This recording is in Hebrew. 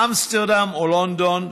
אמסטרדם או לונדון,